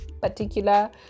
particular